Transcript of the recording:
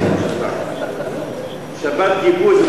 שבת, שבת גיבוש.